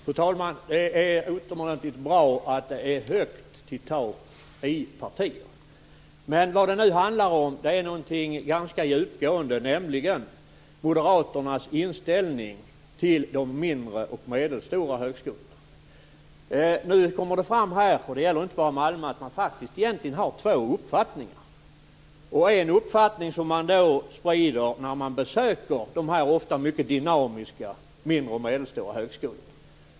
Fru talman! Det är utomordentligt bra att det är högt i tak i partier. Men vad det nu handlar om är någonting ganska djupgående, nämligen Moderaternas inställning till de mindre och medelstora högskolorna. Nu kommer det fram, vilket inte bara gäller Malmö, att de faktiskt har två uppfattningar. En uppfattning sprider de när de besöker de ofta mycket dynamiska mindre och medelstora högskolorna.